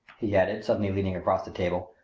he added, suddenly leaning across the table,